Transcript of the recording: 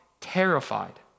terrified